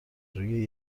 روی